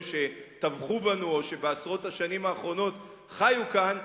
שטבחו בנו או שבעשרות השנים האחרונות חיו כאן.